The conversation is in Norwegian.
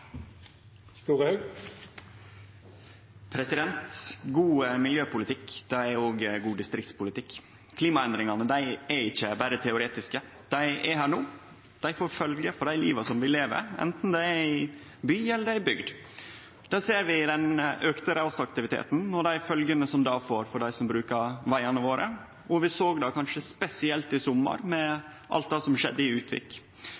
god distriktspolitikk. Klimaendringane er ikkje berre teoretiske. Dei er her no. Dei får følgjer for det livet vi lever, anten det er i by eller i bygd. Det ser vi i den auka rasaktiviteten og dei følgjene som det får for dei som brukar vegane våre, og vi såg det kanskje spesielt i sommar med alt det som skjedde i